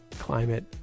climate